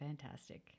fantastic